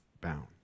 bound